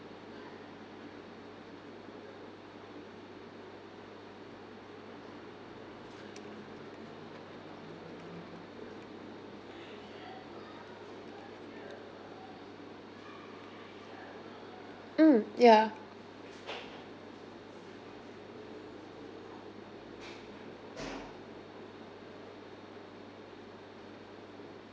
mm ya